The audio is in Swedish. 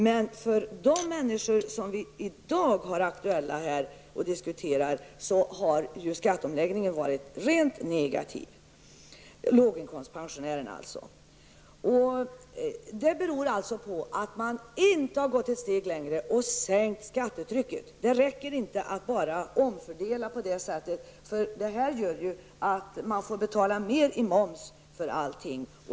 Men för de människor som vi i dag diskuterar -- låginkomstpensionärerna -- har ju skatteomläggningen varit rent negativ. Det beror på att man inte har gått ett steg längre och sänkt skattetrycket. Det räcker inte att bara omfördela. På det här sättet får man betala mer i moms för allting.